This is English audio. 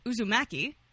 Uzumaki